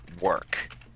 work